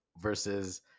versus